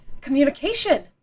communication